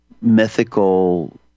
mythical